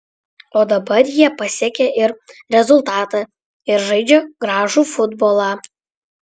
o dabar jie pasiekia ir rezultatą ir žaidžia gražų futbolą